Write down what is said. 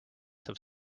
have